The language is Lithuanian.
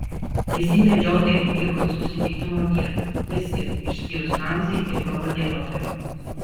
visi medžiotojai atvyko į susitikimo vietą visi išskyrus ramzį ir jo vadeliotoją